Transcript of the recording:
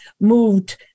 moved